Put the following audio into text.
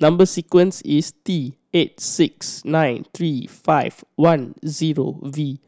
number sequence is T eight six nine three five one zero V